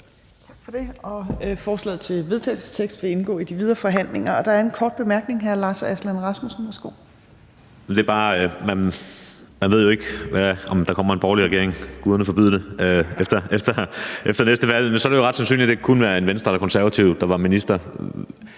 det. Forslaget til vedtagelse vil indgå i de videre forhandlinger. Der er en kort bemærkning. Hr. Lars Aslan Rasmussen, værsgo. Kl. 14:51 Lars Aslan Rasmussen (S): Man ved jo ikke, om der kommer en borgerlig regering – guderne forbyde det – efter næste valg, men så er det jo ret sandsynligt, at det kunne være en fra Venstre eller Konservative, der blev minister.